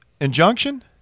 injunction